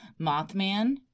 Mothman